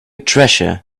treasure